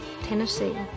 Tennessee